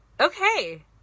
okay